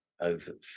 over